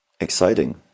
Exciting